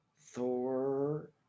Thor